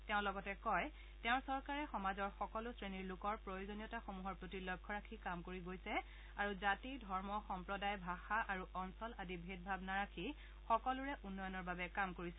তেওঁ লগতে কয় তেওঁৰ চৰকাৰে সমাজৰ সকলো শ্ৰেণীৰ লোকৰ প্ৰয়োজনীয়তাসমূহৰ প্ৰতি লক্ষ্য ৰাখি কাম কৰি গৈছে আৰু জাতি ধৰ্ম সম্প্ৰদায় ভাষা আৰু অঞ্চল আদি ভেদভাৱ নাৰাখি সকলোৰে উন্নয়নৰ বাবে কাম কৰিছে